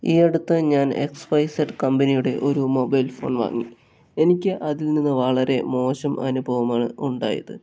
ഈ അടുത്ത് ഞാൻ എക്സ് വൈ സെഡ് കമ്പനിയുടെ ഒരു മൊബൈൽ ഫോൺ വാങ്ങി എനിക്ക് അതിൽ നിന്ന് വളരെ മോശം അനുഭവമാണ് ഉണ്ടായത്